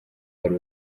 hari